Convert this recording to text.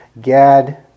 Gad